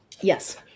Yes